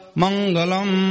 mangalam